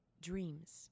dreams